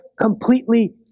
completely